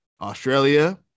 Australia